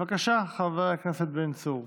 בבקשה, חבר הכנסת בן צור.